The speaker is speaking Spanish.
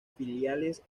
filiales